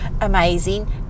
amazing